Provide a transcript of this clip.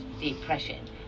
depression